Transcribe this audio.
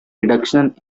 reduction